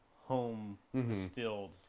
home-distilled